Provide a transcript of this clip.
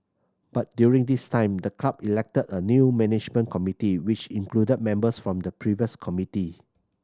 but during this time the club elected a new management committee which included members from the previous committee